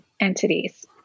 entities